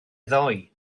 ddoe